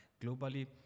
globally